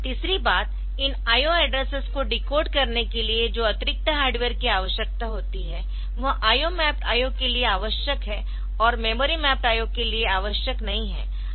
तीसरी बात इन IO एड्रेसेस को डिकोड करने के लिए जो अतिरिक्त हार्डवेयर की आवश्यकता होती है वह IO मैप्ड IO के लिए आवश्यक है और मेमोरी मैप्ड IO के लिए आवश्यक नहीं है